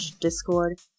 Discord